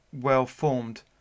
well-formed